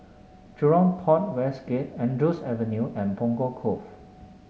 Jurong Port West Gate Andrews Avenue and Punggol Cove